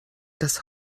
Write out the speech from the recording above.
das